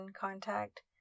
contact